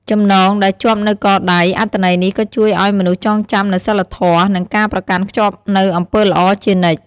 ចំណងដែលជាប់នៅកដៃ អត្ថន័យនេះក៏ជួយឲ្យមនុស្សចងចាំនូវសីលធម៌ និងការប្រកាន់ខ្ជាប់នូវអំពើល្អជានិច្ច។